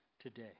today